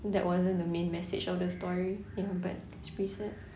that wasn't the main message of the story ya but it was pretty sad